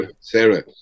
Sarah